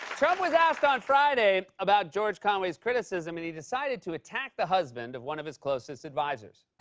trump was asked on friday about george conway's criticism, and he decided to attack the husband of one of his closest advisers.